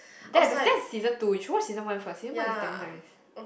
that that's season two you should watch season one first season one is damn nice